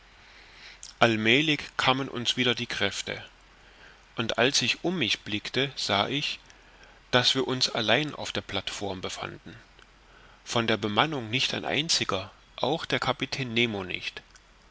allmälig kamen uns wieder die kräfte und als ich um mich blickte sah ich daß wir uns allein auf der plateform befanden von der bemannung nicht ein einziger auch der kapitän nemo nicht